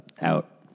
out